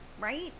right